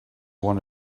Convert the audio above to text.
one